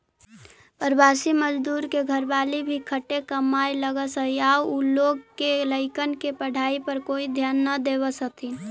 प्रवासी मजदूर के घरवाली भी खटे कमाए लगऽ हई आउ उ लोग के लइकन के पढ़ाई पर कोई ध्याने न देवऽ हथिन